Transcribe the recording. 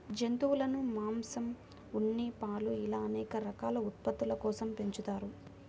జంతువులను మాంసం, ఉన్ని, పాలు ఇలా అనేక రకాల ఉత్పత్తుల కోసం పెంచుతారు